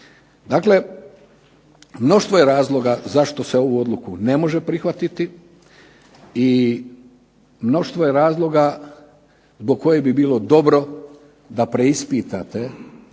Dakle, mnoštvo je razloga zašto se ovu odluku ne može prihvatiti i mnoštvo je razloga zbog kojih bi bilo dobro da preispitate.